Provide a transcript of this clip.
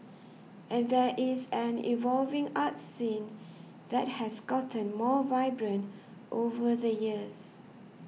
and there is an evolving arts scene that has gotten more vibrant over the years